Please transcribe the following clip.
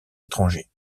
étrangers